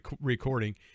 recording